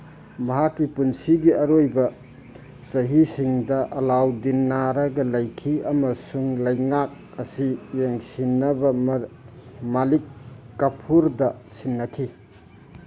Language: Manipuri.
ꯃꯍꯥꯛꯀꯤ ꯄꯨꯟꯁꯤꯒꯤ ꯑꯔꯣꯏꯕ ꯆꯍꯤꯁꯤꯡꯗ ꯑꯂꯥꯎꯗꯤꯟ ꯅꯥꯔꯒ ꯂꯩꯈꯤ ꯑꯃꯁꯨꯡ ꯂꯩꯉꯥꯛ ꯑꯁꯤ ꯌꯦꯡꯁꯤꯟꯅꯕ ꯃꯥꯂꯤꯛ ꯀꯥꯐꯨꯔꯗ ꯁꯤꯟꯅꯈꯤ